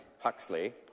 Huxley